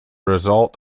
result